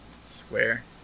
Square